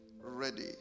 ready